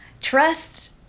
trust